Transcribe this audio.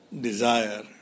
desire